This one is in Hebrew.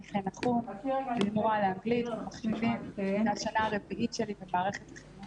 אני מורה לאנגלית ומחשבים וזו השנה הרביעית שלי במערכת החינוך.